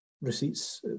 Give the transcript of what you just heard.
receipts